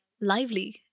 lively